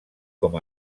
com